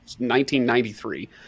1993